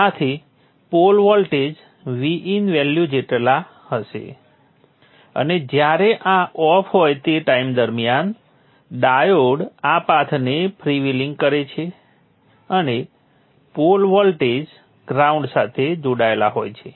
આથી pole voltage vin value જેટલા હશે અને જ્યારે આ ઓફ હોય તે ટાઈમ દરમિયાન ડાયોડ આ પાથને ફ્રીવ્હિલિંગ કરે છે અને પોલ વોલ્ટેજ ગ્રાઉન્ડ સાથે જોડાયેલા હોય છે